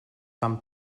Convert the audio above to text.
fan